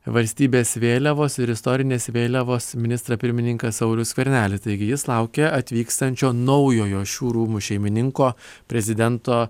valstybės vėliavos ir istorinės vėliavos ministrą pirmininką saulių skvernelį taigi jis laukia atvykstančio naujojo šių rūmų šeimininko prezidento